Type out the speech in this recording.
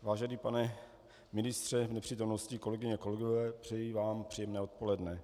Vážený pane ministře v nepřítomnosti, kolegyně a kolegové, přeji vám příjemné odpoledne.